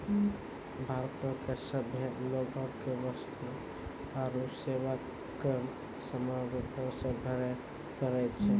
भारतो के सभे लोगो के वस्तु आरु सेवा कर समान रूपो से भरे पड़ै छै